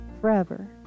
forever